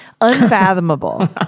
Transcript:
Unfathomable